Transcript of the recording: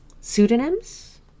pseudonyms